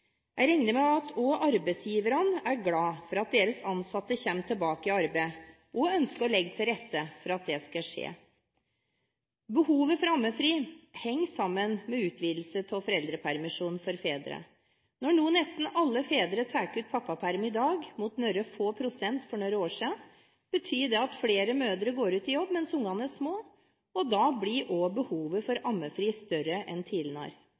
Jeg regner med at også arbeidsgiverne er glad for at deres ansatte kommer tilbake til arbeidet, og ønsker å legge til rette for at det kan skje. Behovet for ammefri henger sammen med utvidelse av foreldrepermisjonen for fedre. Når nesten alle fedre tar ut pappaperm i dag mot noen få prosent for noen år siden, betyr det at flere mødre går ut i jobb mens ungene er små, og da blir også behovet for ammefri større enn